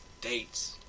dates